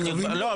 לא,